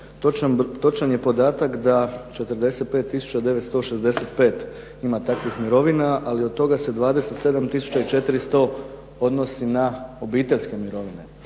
Točan je podatak da 45 tisuća 965 ima takvih mirovina, a od toga se 27 tisuća 400 odnosi na obiteljske mirovine.